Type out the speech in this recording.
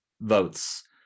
votes